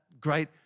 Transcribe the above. Great